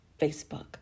Facebook